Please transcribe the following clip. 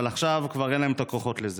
אבל עכשיו כבר אין להם את הכוחות לזה.